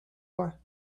war